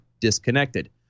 disconnected